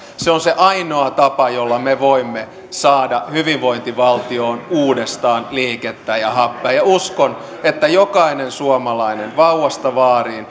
se on se ainoa tapa jolla me voimme saada hyvinvointivaltioon uudestaan liikettä ja happea ja uskon että jokainen suomalainen vauvasta vaariin